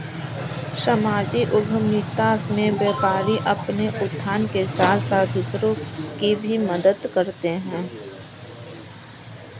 सामाजिक उद्यमिता में व्यापारी अपने उत्थान के साथ साथ दूसरों की भी मदद करते हैं